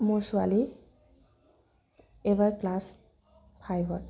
মোৰ ছোৱালী এইবাৰ ক্লাছ ফাইবত